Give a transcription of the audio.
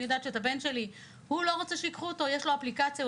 לבן שלי יש אפליקציה,